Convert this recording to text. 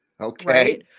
Okay